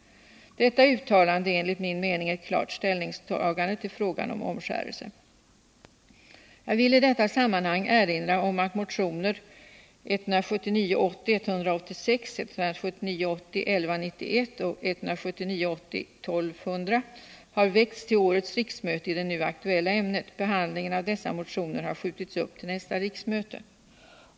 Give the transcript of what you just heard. Detta uttalande är enligt min mening ett klart ställningstagande till frågan om omskärelse. Jag vill i detta sammanhang erinra om att motioner har väckts till detta riksmöte i det nu aktuella ämnet. Behandlingen av dessa motioner har uppskjutits till nästa riksmöte.